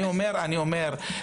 אני אומר,